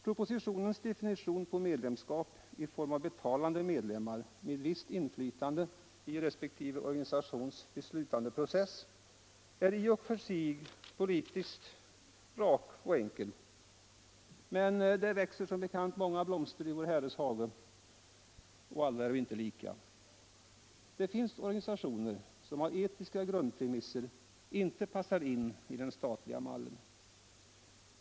Propositionens definition på medlemskap i form av betalande medlemmar med visst inflytande i resp. organisations beslutandeprocess är i och för sig politiskt rak och enkel. Men det växer som bekant många blomster i Vår Herres hage, och alla är vi inte lika. Det finns organisationer som av etiska grundpremisser inte passar in i den statliga mallen.